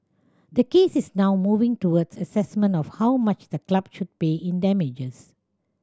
the case is now moving towards assessment of how much the club should pay in damages